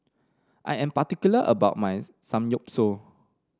I am particular about my Samgyeopsal